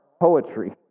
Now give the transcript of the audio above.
poetry